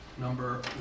number